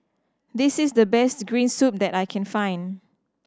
this is the best green soup that I can find